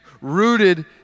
Rooted